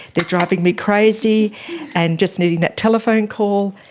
they're driving me crazy and just needing that telephone call.